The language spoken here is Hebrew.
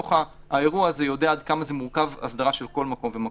בתוך האירוע הזה יודע עד כמה מורכבת הסדרה של כל מקום ומקום.